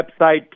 website